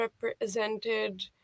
represented